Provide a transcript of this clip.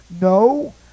no